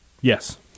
Yes